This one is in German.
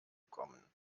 kommen